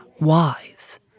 wise